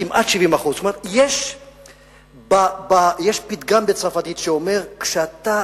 כמעט 70%. יש פתגם בצרפתית: כשאתה